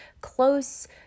close